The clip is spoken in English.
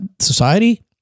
society